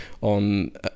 on